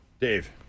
Dave